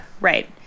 right